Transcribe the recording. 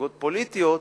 למפלגות פוליטיות,